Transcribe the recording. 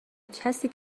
کسی